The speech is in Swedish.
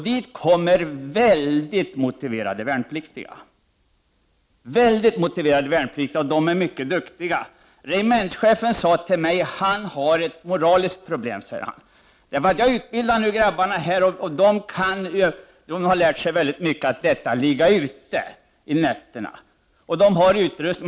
Dit kommer mycket motiverade värnpliktiga. De är mycket duktiga. Regementschefen sade till mig att han hade ett moraliskt problem. Han sade att han utbildade pojkarna och att de har lärt sig mycket när det gäller att ligga ute under nätterna. De har utrustning.